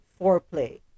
foreplay